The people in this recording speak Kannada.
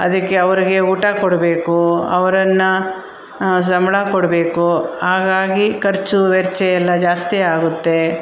ಅದಕ್ಕೆ ಅವ್ರಿಗೆ ಊಟ ಕೊಡಬೇಕು ಅವರನ್ನು ಸಂಬಳ ಕೊಡಬೇಕು ಹಾಗಾಗಿ ಖರ್ಚು ವೆಚ್ಚ ಎಲ್ಲ ಜಾಸ್ತಿ ಆಗುತ್ತೆ